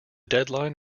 deadline